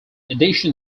addition